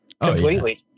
completely